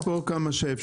אני אשאר פה כמה שאפשר.